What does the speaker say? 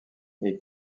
est